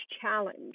challenge